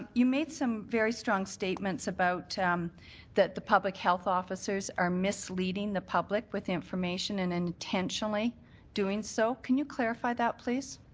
you made some very strong statements about um the public health officers are misleading the public with information and intentionally doing so. can you clarify that, please?